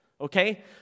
Okay